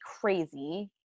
crazy